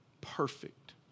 perfect